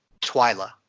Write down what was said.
Twyla